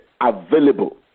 available